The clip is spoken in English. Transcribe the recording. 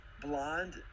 *Blonde*